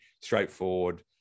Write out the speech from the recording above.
straightforward